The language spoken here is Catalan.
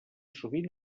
sovint